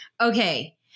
Okay